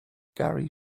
gary